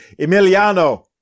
Emiliano